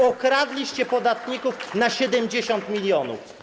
Okradliście podatników na 70 mln.